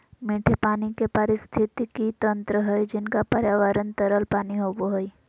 मीठे पानी के पारिस्थितिकी तंत्र हइ जिनका पर्यावरण तरल पानी होबो हइ